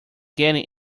getting